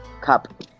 Cup